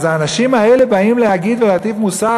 אז האנשים האלה באים להגיד ולהטיף מוסר